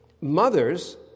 Mothers